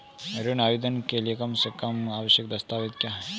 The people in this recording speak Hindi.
ऋण आवेदन के लिए कम से कम आवश्यक दस्तावेज़ क्या हैं?